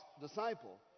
disciple